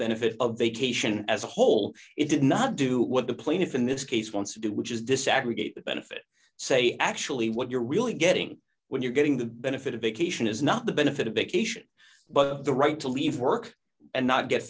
benefits of vacation as a whole it did not do what the plaintiff in this case wants to do which is this aggregate benefit say actually what you're really getting when you're getting the benefit of vacation is not the benefit of vacation but the right to leave work and not get